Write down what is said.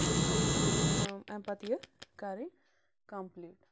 تہٕ چھےٚ یہِ کٲم امہِ پَتہٕ یہِ کرٕنۍ کِمپٕلیٹ